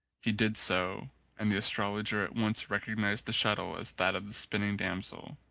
he did so and the astrologer at once recognised the shuttle as that of the spin ning damsel,